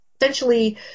essentially